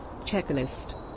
Checklist